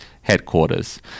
Headquarters